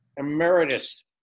Emeritus